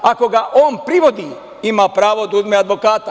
Ako ga on privodi, ima pravo da uzme advokata.